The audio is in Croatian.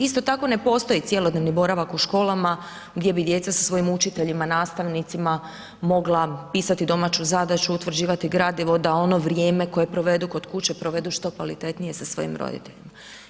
Isto tako ne postoji cjelodnevni boravak u školama gdje bi djeca sa svojim učiteljima, nastavnicima mogla pisati domaću zadaću, utvrđivati gradivo da ono vrijeme koje provedu kod kuće, provedu što kvalitetnije sa svojim roditeljima.